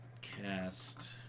cast